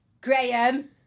Graham